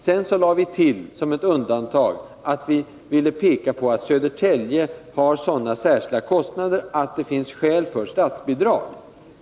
Sedan tillade vi som ett undantag att vi ville peka på att Södertälje har sådana särskilda kostnader, att det finns skäl för statsbidrag.